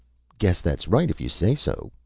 guess that's right if you say so,